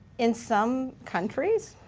in some countries,